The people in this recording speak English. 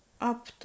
up